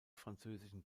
französischen